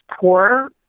poor